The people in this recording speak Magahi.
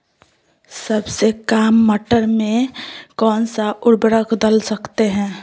सबसे काम मटर में कौन सा ऊर्वरक दल सकते हैं?